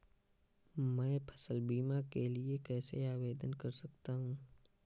मैं फसल बीमा के लिए कैसे आवेदन कर सकता हूँ?